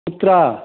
कुत्र